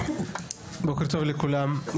בוקר טוב לכולם.